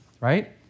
right